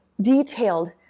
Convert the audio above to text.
detailed